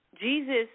Jesus